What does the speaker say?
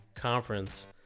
conference